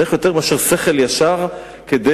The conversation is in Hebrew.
צריך יותר מאשר שכל ישר כדי